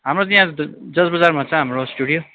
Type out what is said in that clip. हाम्रो त यहाँ जर्ज बजारमा छ हाम्रो स्टुडियो